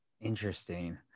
Interesting